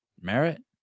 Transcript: merit